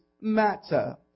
matter